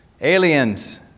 Aliens